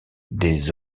des